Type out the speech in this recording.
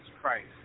Christ